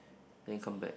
then come back